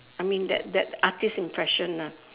I mean that that artist impression ah